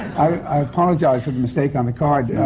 i. i apologize for the mistake on the card. yeah